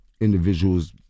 individuals